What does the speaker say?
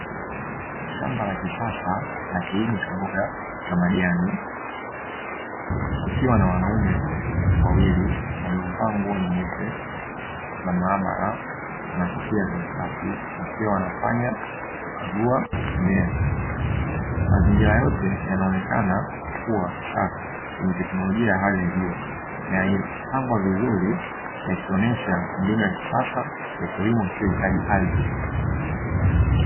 Shamba la kisasa la kilimo cha mboga za majani, kukiwa na wanaume wawili waliovaa nguo nyeupe za maabara na kukiwa za usafi, wakiwa wanafanya kukagua mimea, mazingira yote yanaonekana kuwa safi yenye teknolojia hali ya juu na yenye mipango vizuri yakionesha mbinu ya kisasa ya kilimo usiyohitaji ardhi.